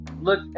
Look